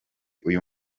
uyu